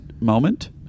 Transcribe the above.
moment